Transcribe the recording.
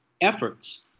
efforts